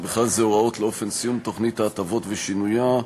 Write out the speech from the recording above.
ובכלל זה הוראות לאופן סיום תוכנית ההטבות ושינויה.